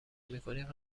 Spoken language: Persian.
میکنید